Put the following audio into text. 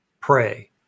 pray